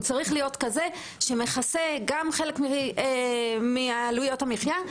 הוא צריך להיות כזה שמכסה גם חלק מעלויות המחייה,